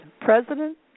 President